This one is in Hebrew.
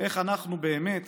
איך אנחנו באמת